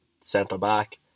centre-back